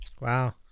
Wow